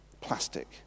plastic